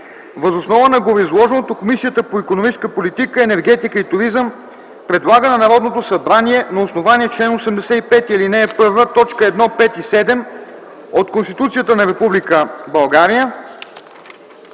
Въз основа на гореизложеното Комисията по икономическата политика, енергетика и туризъм предлага на Народното събрание на основание чл. 85, ал. 1, т. 1, 5 и 7 от Конституцията на Република